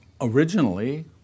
Originally